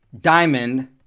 Diamond